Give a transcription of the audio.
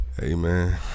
Amen